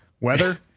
Weather